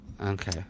Okay